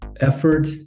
effort